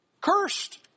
cursed